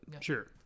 Sure